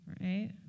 right